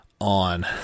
on